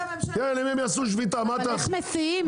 אבל איך מסיעים?